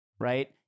right